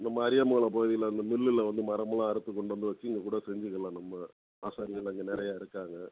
நம்ம அரியாமூலம் பகுதியில் இந்த மில்லில் வந்து மரம்லாம் அறுத்துக் கொண்டு வந்து வச்சிருந்து இங்கே கூட செஞ்சிக்கலாம் நம்ம ஆசாரிங்கள் எல்லாம் இங்கே நிறைய இருக்காங்கள்